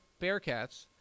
Bearcats